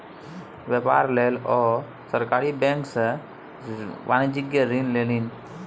बेपार लेल ओ सरकारी बैंक सँ वाणिज्यिक ऋण लेलनि